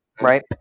Right